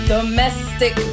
Domestic